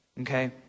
Okay